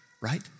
right